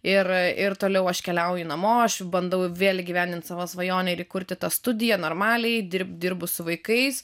ir ir toliau aš keliauju namo aš bandau vėl įgyvendint savo svajonę ir įkurti tą studiją normaliai dirb dirbu su vaikais